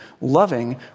loving